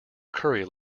curry